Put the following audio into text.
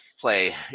play